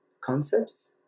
concepts